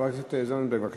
חברת הכנסת זנדברג, בבקשה.